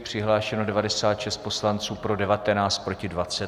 Přihlášeno 96 poslanců, pro 19, proti 20.